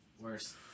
Worse